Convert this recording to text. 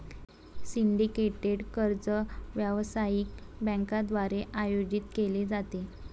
syndicated कर्ज व्यावसायिक बँकांद्वारे आयोजित केले जाते